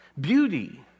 Beauty